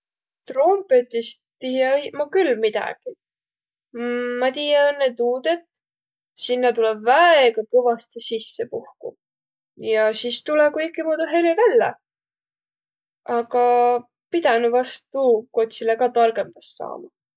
Trompõtist tiiä õiq ma küll midägiq. Mmm ma tiiä õnnõ tuud, et sinnäq tulõ väega kõvastõ sisse puhkuq ja sis tulõ kuikimuudu helü vällä. Aga pidänü vast tuu kotsilõ ka targõmbas saama.